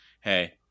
hey